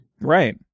right